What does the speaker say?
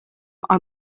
are